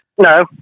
No